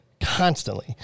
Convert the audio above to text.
constantly